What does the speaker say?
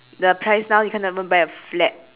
the price now you cannot even buy a flat